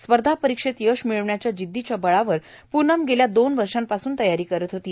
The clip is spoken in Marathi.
स्पर्धा परीक्षेत यश मिळविण्याच्या जिद्दीच्या बळावर पूनम मागील दोन वर्षापासून तयारी करीत होती